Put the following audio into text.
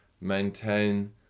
maintain